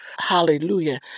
Hallelujah